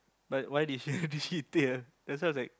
but why did she did she tell that's why I was like